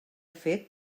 fet